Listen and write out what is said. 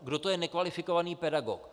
Kdo to je nekvalifikovaný pedagog.